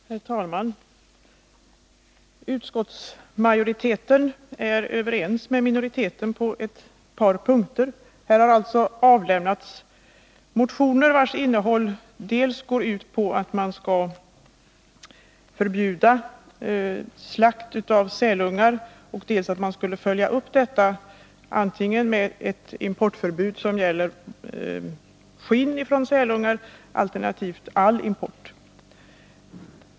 Herr talman! Utskottsmajoriteten är överens med minoriteten på ett par punkter. Här har alltså avlämnats motioner, vilkas innehåll går ut på dels att man skall förbjuda slakt av sälungar, dels att man skall följa upp detta med ett importförbud som gäller antingen skinn från sälungar eller all import.